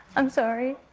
i'm sorry.